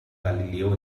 galileo